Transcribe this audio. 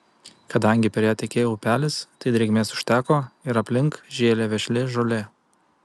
kadangi per ją tekėjo upelis tai drėgmės užteko ir aplink žėlė vešli žolė